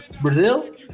brazil